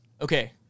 Okay